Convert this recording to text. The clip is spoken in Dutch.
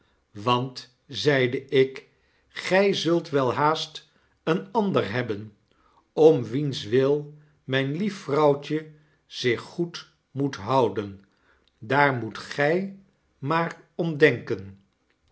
want zeide ik gij zult welhaast een ander hebben om wiens wil mijn lief vrouwtje zich goed moet houden daar moet gij maar om denken